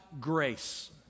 grace